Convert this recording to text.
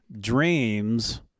dreams